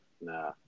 Nah